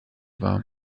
war